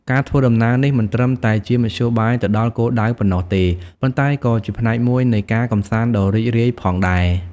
ការធ្វើដំណើរនេះមិនត្រឹមតែជាមធ្យោបាយទៅដល់គោលដៅប៉ុណ្ណោះទេ ប៉ុន្តែក៏ជាផ្នែកមួយនៃការកម្សាន្តដ៏រីករាយផងដែរ។